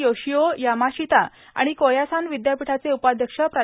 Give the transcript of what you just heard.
Yoshio Yamashita आणि Koyasan विद्यापीठाचे उपाध्यक्ष प्रा